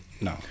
no